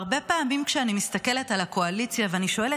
והרבה פעמים כשאני מסתכלת על הקואליציה ואני שואלת